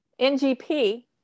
NGP